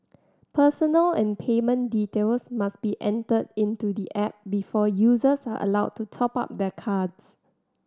personal and payment details must be entered into the app before users are allowed to top up their cards